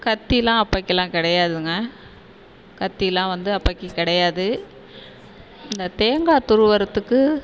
கத்திலாம் அப்பைக்கிலாம் கிடையாதுங்க கத்திலாம் வந்து அப்போக்கி கிடையாது இந்த தேங்காய் துருவுகிறத்துக்கு